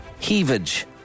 heavage